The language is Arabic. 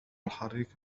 الحريق